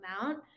amount